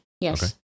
Yes